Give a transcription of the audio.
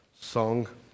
song